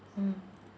mm